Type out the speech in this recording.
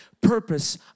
purpose